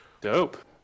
Dope